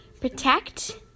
Protect